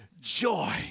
joy